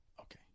Okay